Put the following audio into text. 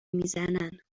میزنن